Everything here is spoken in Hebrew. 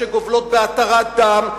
שגובלות בהתרת דם,